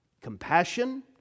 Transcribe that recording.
compassion